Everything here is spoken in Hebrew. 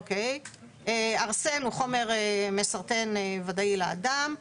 ארסן: הוא חומר מסרטן ודאי לאדם.